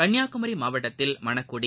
கன்னியாகுமரி மாவட்டத்தில் மணக்குடி